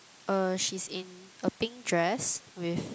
err she's in a pink dress with